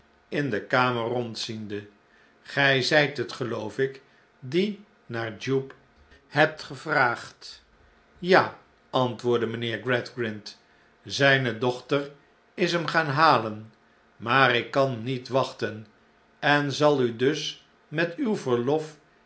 in de kamer rondziende gij zijt het geloof ik die naar jupe hebt gevraagd ja antwoordde mijnheer gradgrind zijne dochter is hem gaan halen maar ik kan niet wachten en zal u dus met uw verlof